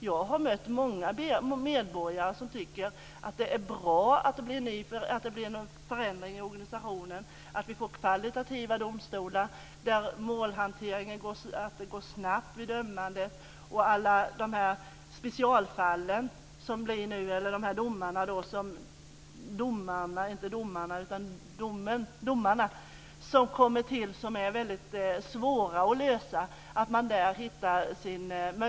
Jag har mött många medborgare som tycker att det är bra att det blir en förändring i organisationen, att det ska inrättas kvalitativa domstolar där målhanteringen ska gå snabbt och att det skapas möjligheter till specialisering när det gäller de specialfall som är svåra att hantera.